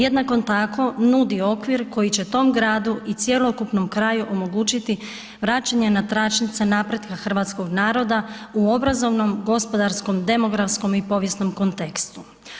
Jednako tako, nudi okvir koji će tom gradu i cjelokupnom kraju omogućiti vraćanje na tračnice napretka hrvatskog naroda u obrazovnom, gospodarskom, demografskom i povijesnom kontekstu.